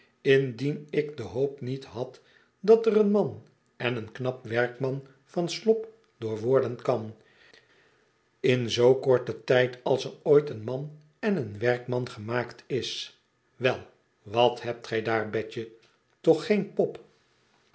indien ik de hoop niet had dat er een man en een knap werkman van slop door worden kan in zoo korten tijd als er ooit een man en een werkman gemaakt is wel wat hebt gij daar betje toch geen pop